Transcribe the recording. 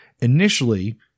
initially